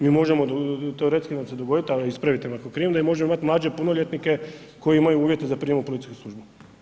Mi možemo teoretski nam se dogoditi, a ispravite me ako imam krivo, možemo imati mlađe punoljetnike koji imaju uvjete za prijem u policijsku službu.